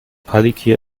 palikir